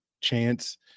chance